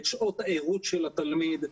את שעות העירות של התלמיד,